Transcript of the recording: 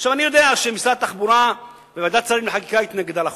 אני יודע שמשרד התחבורה וועדת שרים לענייני חקיקה התנגדו לחוק.